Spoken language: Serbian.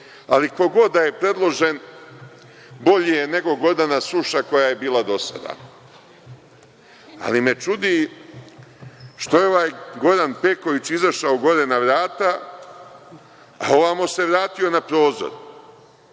ali ko god da je predložen bolji je nego Gordana Suša, koja je bila do sada. Ali, čudi me što je ovaj Goran Peković izašao gore na vrata, a ovamo se vratio na prozor,